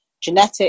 genetic